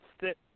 sit